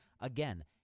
Again